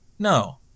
No